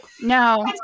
No